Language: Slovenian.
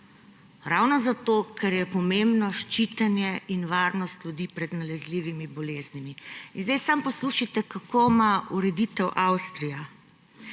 ravno zato, ker je pomembno ščitenje in varnost ljudi pred nalezljivimi boleznimi. In zdaj samo poslušajte, kako ima ureditev Avstrija.